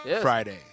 friday